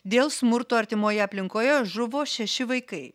dėl smurto artimoje aplinkoje žuvo šeši vaikai